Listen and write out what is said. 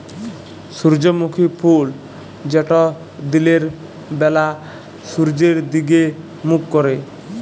সূর্যমুখী ফুল যেট দিলের ব্যালা সূর্যের দিগে মুখ ক্যরে